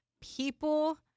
people